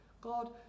God